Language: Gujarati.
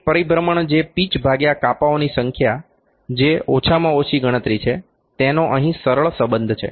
એક પરિભ્રમણ જે પિચ ભાગ્યા કાપાઓની સંખ્યા જે ઓછામાં ઓછી ગણતરી છે તેનો અહીં સરળ સંબંધ છે